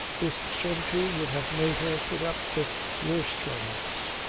this certitude would have made her put up with worse torments.